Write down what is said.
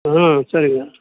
ஆ சரிங்க